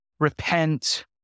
repent